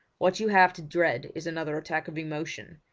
what you have to dread is another attack of emotion.